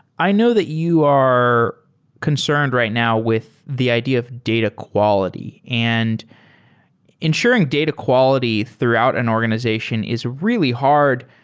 i know that you are concerned right now with the idea of data quality. and ensuring data quality throughout an organization is really hard.